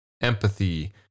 empathy